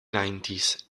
nineties